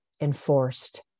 enforced